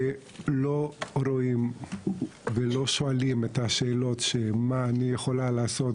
ולא רואים ולא שואלים את השאלות של מה אני יכולה לעשות.